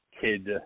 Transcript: kid